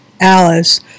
Alice